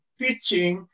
teaching